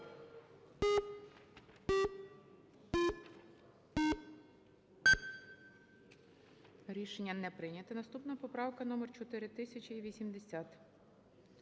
Рішення не прийнято. Наступна поправка - номер 4080.